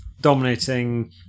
dominating